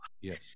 Yes